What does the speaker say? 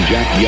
Jack